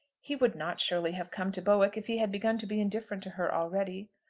he would not surely have come to bowick if he had begun to be indifferent to her already!